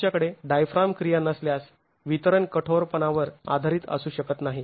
तुमच्याकडे डायफ्राम क्रिया नसल्यास वितरण कठोरपणावर आधारित असू शकत नाही